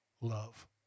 Love